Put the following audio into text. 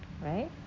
right